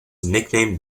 nicknamed